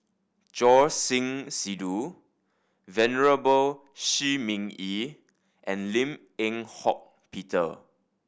Choor Singh Sidhu Venerable Shi Ming Yi and Lim Eng Hock Peter